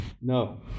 no